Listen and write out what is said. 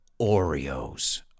Oreos